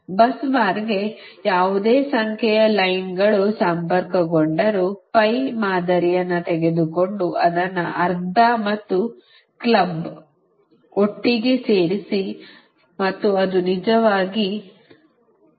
bus ಬಾರ್ಗೆ ಯಾವುದೇ ಸಂಖ್ಯೆಯ ಲೈನ್ಗಳು ಸಂಪರ್ಕಗೊಂಡರೂ ಪೈ ಮಾದರಿಯನ್ನು ತೆಗೆದುಕೊಂಡು ಅದನ್ನು ಅರ್ಧ ಮತ್ತು ಕ್ಲಬ್ ಒಟ್ಟಿಗೆ ಸೇರಿಸಿ ಮತ್ತು ಅದು ನಿಜವಾಗಿ ಪ್ರತಿನಿಧಿಸುತ್ತದೆ